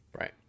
right